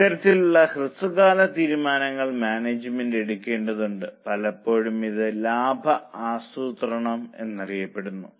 ഇത്തരത്തിലുള്ള ഹ്രസ്വകാല തീരുമാനങ്ങൾ മാനേജ്മെന്റ് എടുക്കേണ്ടതുണ്ട് പലപ്പോഴും ഇത് ലാഭ ആസൂത്രണം എന്ന് അറിയപ്പെടുന്നു